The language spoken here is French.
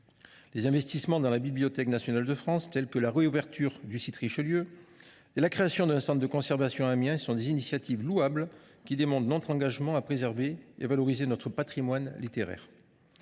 Les investissements dans la Bibliothèque nationale de France, comme la réouverture du site Richelieu ou la création d’un centre de conservation à Amiens, sont des initiatives louables qui démontrent notre engagement à préserver et à valoriser notre patrimoine littéraire.